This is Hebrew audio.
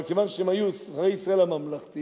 אבל כיוון שהם היו שרי ישראל הממלכתיים,